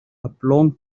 oblong